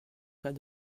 cas